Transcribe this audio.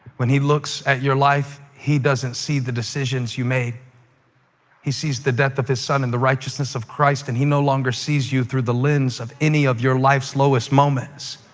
when he looks at your life, he doesn't see the decisions you made he sees the death of his son and the righteousness of christ, and he no longer sees you through the lens of any of your life's lowest moments.